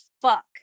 fuck